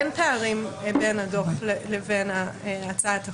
אין פערים בין הדוח לבין הצעת החוק.